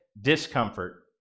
discomfort